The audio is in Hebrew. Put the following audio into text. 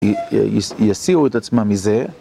יסיעו את עצמם מזה.